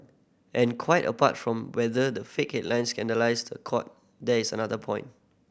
and quite apart from whether the fake headlines scandalise the Court there is another point